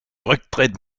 rücktritt